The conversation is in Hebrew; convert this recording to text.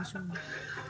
מותג בין-לאומי מייצר